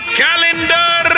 calendar